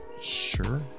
sure